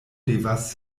devas